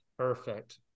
Perfect